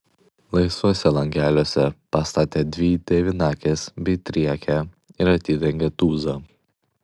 laisvuose langeliuose pastatė dvi devynakes bei triakę ir atidengė tūzą